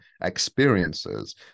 experiences